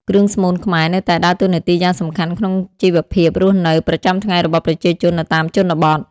គ្រឿងស្មូនខ្មែរនៅតែដើរតួនាទីយ៉ាងសំខាន់ក្នុង ជីវភាពរស់នៅ ប្រចាំថ្ងៃរបស់ប្រជាជននៅតាមជនបទ។